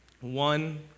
One